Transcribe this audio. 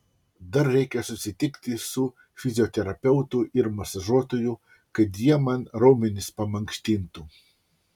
dar reikia susitikti su fizioterapeutu ir masažuotoju kad jie man raumenis pamankštintų